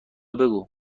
بگو